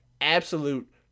absolute